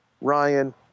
Ryan